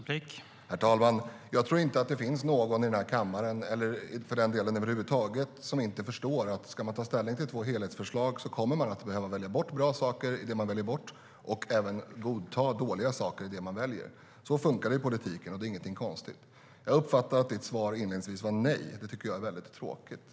Herr talman! Jag tror inte att det finns någon i den här kammaren eller någon över huvud taget som inte förstår att om man ska ta ställning till två helhetsförslag kommer man att behöva välja bort bra saker i det förslag man väljer bort och godta dåliga saker i det förslag man väljer. Så funkar det i politiken, och det är inget konstigt.